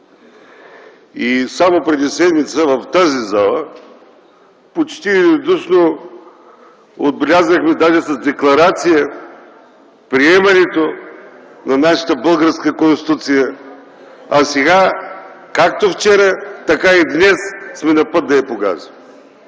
Само преди седмица в тази зала почти единодушно отбелязахме даже с декларация приемането на нашата българска Конституция, а сега - както вчера, така и днес сме на път да я погазим.